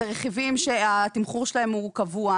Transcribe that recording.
רכיבים שהתמחור שלהם הוא קבוע,